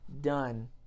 done